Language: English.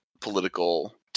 political